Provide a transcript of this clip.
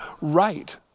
right